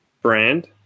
brand